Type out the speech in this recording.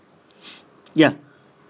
ya